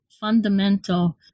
fundamental